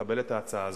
לקבל את ההצעה הזאת.